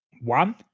One